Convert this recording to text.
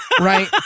right